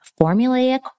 formulaic